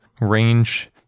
range